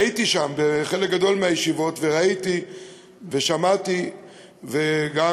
הייתי שם בחלק גדול מהישיבות וראיתי ושמעתי וגם